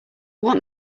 want